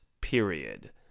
period